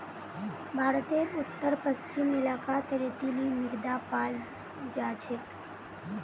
भारतेर उत्तर पश्चिम इलाकात रेतीली मृदा पाल जा छेक